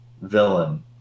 villain